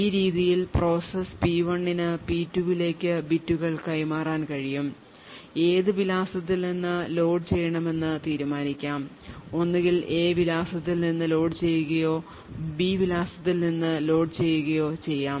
ഈ രീതിയിൽ process P1 നു P2 ലേക്ക് ബിറ്റുകൾ കൈമാറാൻ കഴിയും ഏത് വിലാസത്തിൽ നിന്ന് ലോഡ് ചെയ്യണമെന്ന് തീരുമാനിക്കാം ഒന്നുകിൽ A വിലാസത്തിൽ നിന്ന് ലോഡുചെയ്യുകയോ B വിലാസത്തിൽ നിന്ന് ലോഡ് ചെയ്യുകയോ ചെയ്യാം